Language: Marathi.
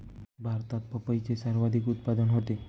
भारतात पपईचे सर्वाधिक उत्पादन होते